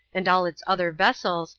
and all its other vessels,